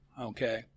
Okay